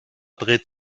dreht